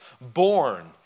born